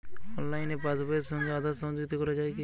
অনলাইনে পাশ বইয়ের সঙ্গে আধার সংযুক্তি করা যায় কি?